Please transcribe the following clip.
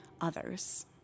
others